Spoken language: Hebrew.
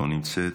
לא נמצאת.